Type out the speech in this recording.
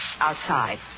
outside